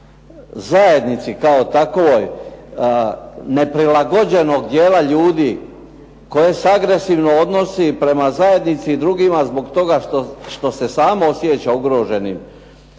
zajednici kao takovoj neprilagođenog dijela ljudi koje se agresivno odnosi prema zajednici i drugima zbog toga što se samo osjeća ugroženim,